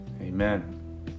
Amen